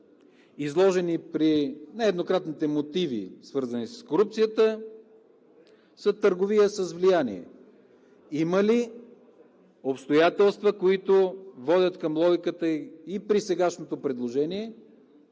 изложени при нееднократните мотиви, свързани с корупцията, са търговия с влияние. Има ли обстоятелства, които водят към логиката и при сегашното предложение